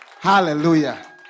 Hallelujah